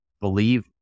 believe